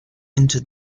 into